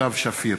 וסתיו שפיר